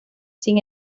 sin